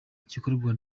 igikorwa